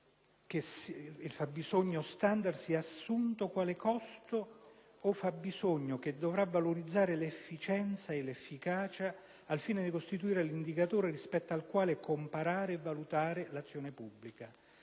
(o il fabbisogno) standard sia assunto quale costo (o fabbisogno) che dovrà valorizzare l'efficienza e l'efficacia al fine di costituire l'indicatore rispetto al quale comparare e valutare l'azione pubblica.